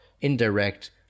Indirect